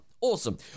Awesome